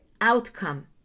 outcome